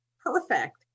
perfect